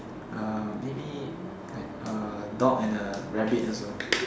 uh maybe like a dog and rabbit also